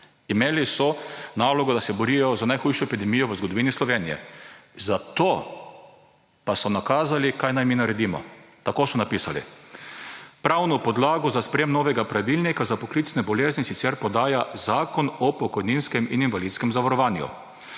Imeli so nalogo, da se borijo z najhujšo epidemijo v zgodovini Slovenije. Zato pa so nakazali, kaj naj mi naredimo. Tako so napisali. »Pravno podlago za sprejem novega pravilnika za poklicne bolezni sicer podaja Zakon o pokojninskem in invalidskem zavarovanju.